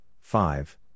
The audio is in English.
five